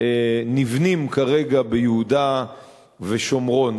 נבנים כרגע ביהודה ושומרון,